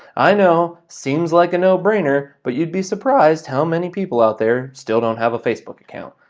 i know, seems like a no-brainer, but you'd be surprised how many people out there still don't have a facebook account,